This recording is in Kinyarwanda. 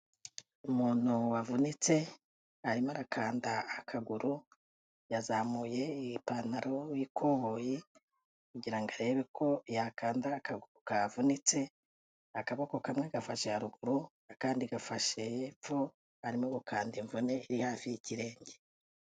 Umuntu wavunitse, arimo arakanda akaguru, yazamuye ipantaro y'ikoboyi kugira ngo arebe ko yakanda akaguru kavunitse, akaboko kamwe gafashe haruguru, akandi gafashe hepfo, arimo gukanda imvune iri hafi y'ikirenge.